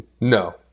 No